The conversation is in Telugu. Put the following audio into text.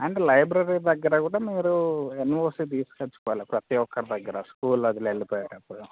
అండ్ లైబ్రరీ దగ్గర కూడా మీరు ఎన్ఓసీ తీసుకోవాలి ప్రతి ఒకరి దగ్గర స్కూల్ వదిలి వెళ్ళిపోయేటప్పుడు